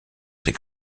ses